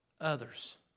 others